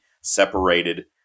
separated